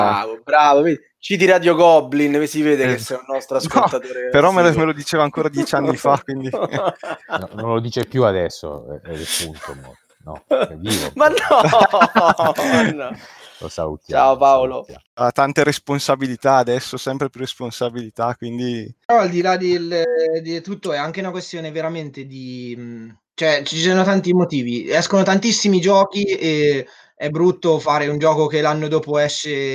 Bravo, bravo, vedi, citi Radio Goblin, si vede che Eh, sei un nostro no, ascoltatore però me lo- assiduo. me lo diceva ancora 10 anni fa, quindi- No, non lo dice più adesso, è- è defunto, mo- no, è vivo. Ma no, ma no. Lo salutiamo, Ciao Paolo. lo salutiamo. Ha tante responsabilità adesso, sempre più responsabilità, quindi- Però no, al di là del- di tutto è anche una questione veramente di, mm, cioè, ci sono tanti motivi. Escono tantissimi giochi e è brutto fare un gioco che l'anno dopo esce